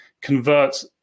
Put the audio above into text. convert